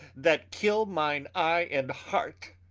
that killes mine eye, and heart.